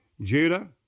Judah